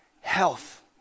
health